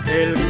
el